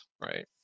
right